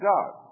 God